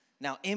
Now